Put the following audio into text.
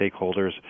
stakeholders